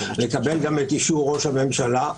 לקבל גם את אישור ראש הממשלה?